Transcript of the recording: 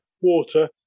water